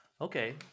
Okay